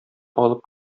алып